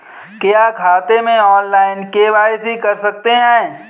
क्या खाते में ऑनलाइन के.वाई.सी कर सकते हैं?